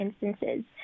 instances